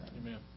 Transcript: Amen